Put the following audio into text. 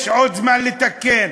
יש עוד זמן לתקן.